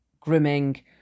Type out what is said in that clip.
grooming